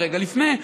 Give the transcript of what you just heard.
ורגע לפני,